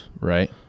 Right